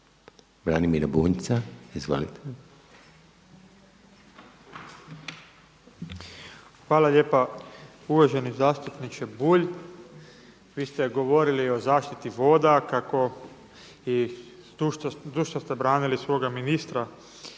Branimir (Živi zid)** Hvala lijepa. Uvaženi zastupniče Bulj. Vi ste govorili o zaštiti voda kako i zdušno ste branili svoga ministra